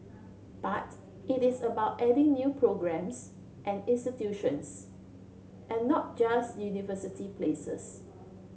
but it is about adding new programmes and institutions and not just university places